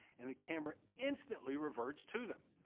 and the camera instantly reverts to them.